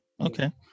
Okay